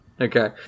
Okay